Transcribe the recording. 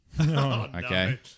Okay